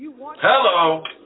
Hello